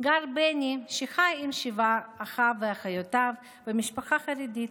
גר בני, שחי עם שבעת אחיו ואחיותיו במשפחה חרדית,